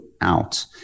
out